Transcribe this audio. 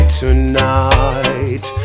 tonight